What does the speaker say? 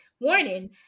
Warning